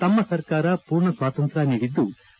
ತಮ್ನ ಸರ್ಕಾರ ಪೂರ್ಣ ಸ್ವಾತಂತ್ರ್ನ ನೀಡಿದ್ಲು